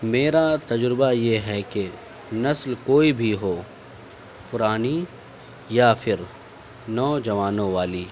میرا تجربہ یہ ہے کہ نسل کوئی بھی ہو پرانی یا پھر نوجوانوں والی